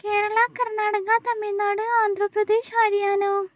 Kerala Karnataka Tamil Nadu Andhra Pradesh Haryana